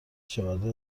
کشاوزی